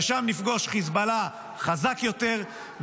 ששם נפגוש חיזבאללה חזק יותר,